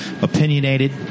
opinionated